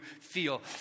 feel